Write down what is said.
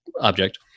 object